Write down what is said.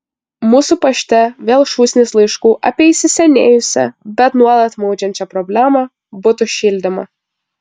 mūsų pašte vėl šūsnys laiškų apie įsisenėjusią bet nuolat maudžiančią problemą butų šildymą